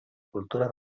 cultura